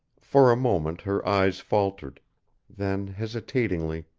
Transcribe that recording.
for a moment her eyes faltered then, hesitatingly,